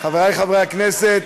חברי חברי הכנסת,